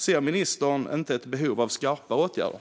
Ser ministern inte ett behov av skarpare åtgärder?